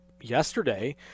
yesterday